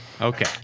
Okay